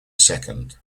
second